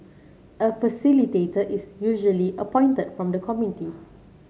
a facilitator is usually appointed from the committee